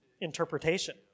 interpretation